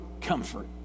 comfort